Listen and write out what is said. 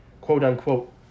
quote-unquote